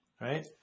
Right